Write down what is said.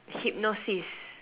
hypnosis